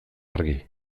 argi